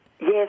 Yes